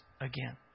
again